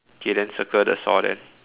K then circle the saw then